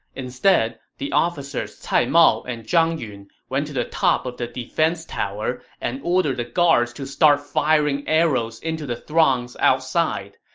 instead the officers cai mao and zhang yun went to the top of the defense tower and ordered the guards to start firing arrows into the throngs outside.